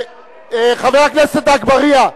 חבר הכנסת אגבאריה.